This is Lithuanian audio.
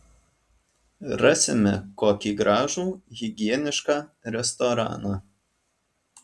rasime kokį gražų higienišką restoraną